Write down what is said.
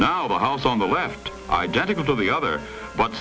the house on the left identical to the other but